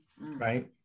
right